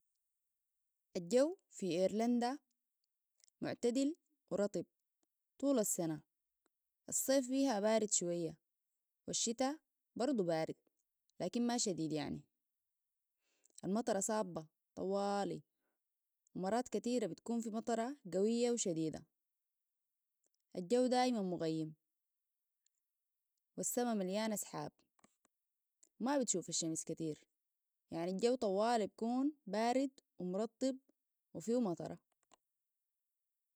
الجو في إيرلندا معتدل ورطب طول السنة الصيف بيها بارد شوية والشتاء برضو بارد لكن ما شديد يعني المطر صابة طوالي ومرات كتيرة بتكون في مطره قوية وشديدة الجو دايما مغيم والسماء مليانة سحاب وما بتشوف الشمس كتير يعني الجو طوالي بكون بارد ومرطب وفيه مطره